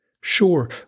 Sure